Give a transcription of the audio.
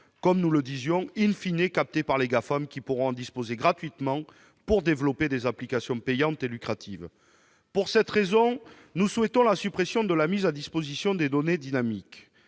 comme nous le disions, capté par les GAFAM, qui pourront en disposer gratuitement pour développer des applications payantes et lucratives. Pour cette raison, nous souhaitons la suppression de la mise à disposition des données dynamiques.